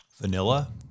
Vanilla